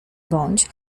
bądź